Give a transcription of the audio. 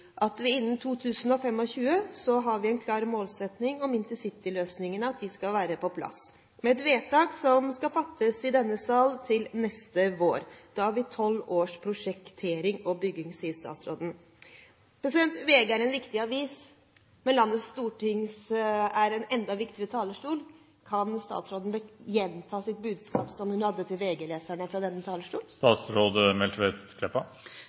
intercitytog: « innen 2025 så har vi som klar målsetting at Intercity-løsninger skal være på plass», med et vedtak som skal fattes i denne sal til neste vår. Da har vi «12 år på å prosjektere og bygge», sier statsråden. VG er en viktig avis, men Stortingets talerstol er enda viktigere. Kan statsråden gjenta sitt budskap til VG-leserne, fra denne talerstol?